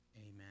Amen